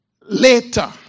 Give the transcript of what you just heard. later